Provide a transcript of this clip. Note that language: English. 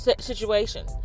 situation